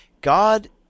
God